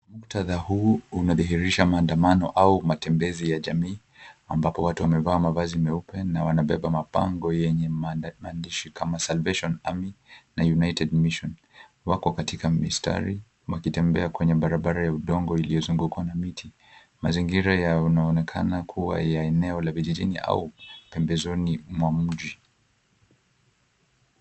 Muktadha huu unadhihirisha maandamano au matembezi ya jamii, ambapo watu wamevaa mavazi meupe, na wanabeba mabango yenye maandishi kama, "Salvation Army", na "United Mission". Wako katika mistari wakitembea kwenye barabara ya udongo iliyozungukwa na miti. Mazingira yanaonekana kuwa ya eneo la vijijini au pembezoni mwa mji.